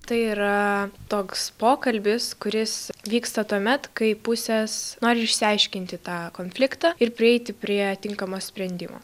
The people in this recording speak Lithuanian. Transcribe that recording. tai yra toks pokalbis kuris vyksta tuomet kai pusės nori išsiaiškinti tą konfliktą ir prieiti prie tinkamo sprendimo